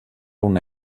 una